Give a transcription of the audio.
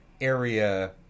area